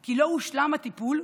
כי לא הושלם הטיפול,